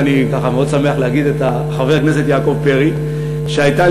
ואני מאוד שמח להגיד "חבר הכנסת יעקב פרי" שהייתה